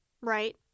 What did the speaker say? right